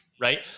right